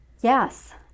yes